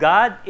God